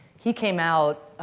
he came out